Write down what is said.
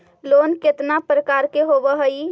Loan केतना प्रकार के होव हइ?